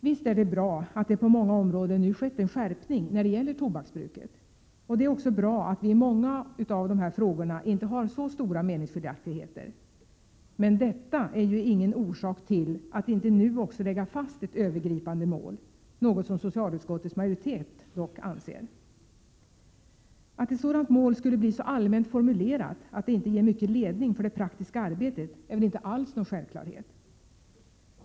Visst är det bra att det på många områden nu skett en skärpning när det gäller tobaksbruket. Och det är också bra att vi i många av dessa frågor inte har så stora meningsskiljaktigheter. Men detta är ju ingen orsak till att inte nu också lägga fast ett övergripande mål — något som socialutskottets majoritet dock anser. Att ett sådant mål skulle bli så allmänt formulerat att det inte ger mycket ledning för det praktiska arbetet är väl inte alls självklart.